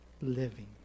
living